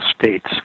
states